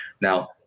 Now